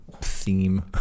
theme